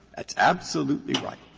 that's absolutely right.